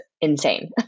insane